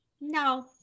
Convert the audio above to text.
No